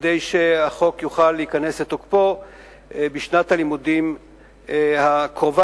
כדי שהחוק יוכל להיכנס לתוקפו בשנת הלימודים הקרובה,